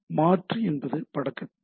மாற்று என்பது படத்தின் விளக்கம்